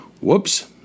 Whoops